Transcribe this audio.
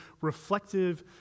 reflective